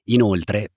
Inoltre